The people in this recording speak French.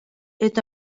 est